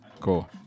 Cool